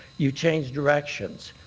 you changed directions.